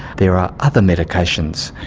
there are other medications,